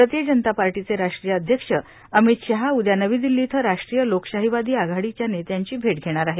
भारतीय जनता पार्टीचे राष्ट्रीय अध्यक्ष अमित शहा उद्या नवी दिल्ली इथं राष्ट्रीय लोकशाहीवादी आघाडीच्या नेत्यांची भेट घेणार आहेत